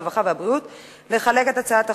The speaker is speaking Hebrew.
הרווחה והבריאות לחלק את הצעת החוק,